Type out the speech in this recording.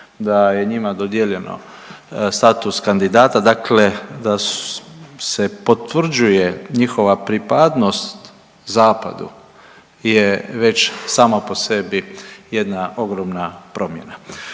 da je njima dodijeljeno status kandidata, dakle da se potvrđuje njihova pripadnost Zapadu je već sama po sebi jedna ogromna promjena.